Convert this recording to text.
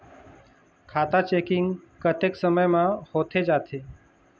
खाता चेकिंग कतेक समय म होथे जाथे?